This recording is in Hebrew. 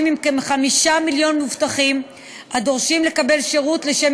עם כ-5 מיליון מבוטחים הדורשים לקבל שירות לשם